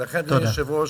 ולכן, אדוני היושב-ראש,